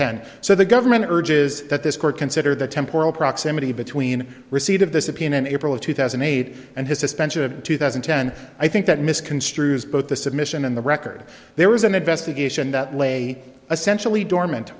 ten so the government urges that this court consider the temporal proximity between receipt of the subpoena in april of two thousand and eight and his suspension of two thousand and ten i think that misconstrues both the submission and the record there was an investigation that lay essential dormant